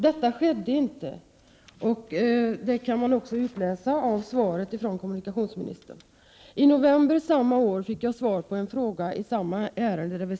Detta skedde inte, vilket man kan utläsa av kommunikationsministerns svar. I november samma år fick jag svar på en fråga i samma ärende.